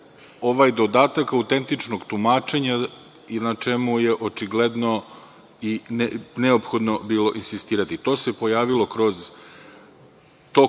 ovaj dodatak autentičnog tumačenja i na čemu je očigledno i neophodno bilo insistirati. To se pojavilo kroz tok